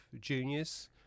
juniors